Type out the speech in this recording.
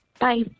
Bye